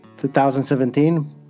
2017